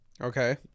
Okay